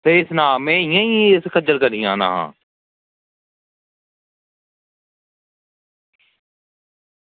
स्हेई सनाऽ में उसगी इंया गै ई खज्जल करी जा करना